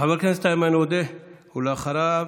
חבר הכנסת איימן עודה, ואחריו,